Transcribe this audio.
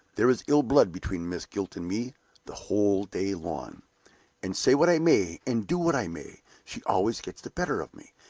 there is ill-blood between miss gwilt and me the whole day long and say what i may, and do what i may, she always gets the better of me,